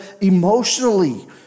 emotionally